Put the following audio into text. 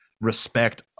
respect